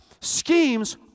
Schemes